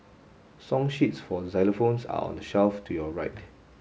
song sheets for xylophones are on the shelf to your right